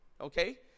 okay